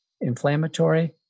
inflammatory